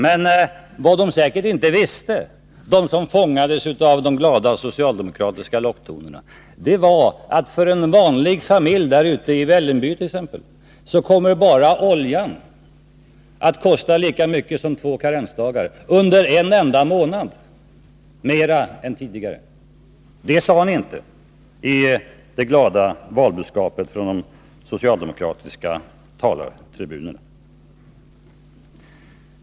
Men vad de säkert inte visste, de som fångades av de glada socialdemokratiska locktonerna, var att för en vanlig familj, t.ex. ute i Vällingby, kommer bara oljan att kosta lika mycket mer som två karensdagar under en enda månad. Det sade ni inte i det glada valbudskapet från de socialdemokratiska talartribunerna.